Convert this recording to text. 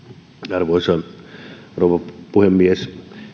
arvoisa rouva puhemies